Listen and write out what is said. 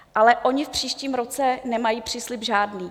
Ale oni v příštím roce nemají příslib žádný.